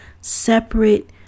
separate